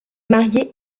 marié